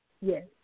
Yes